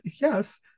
yes